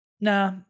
nah